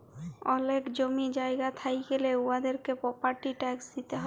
অলেক জমি জায়গা থ্যাইকলে উয়াদেরকে পরপার্টি ট্যাক্স দিতে হ্যয়